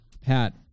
Pat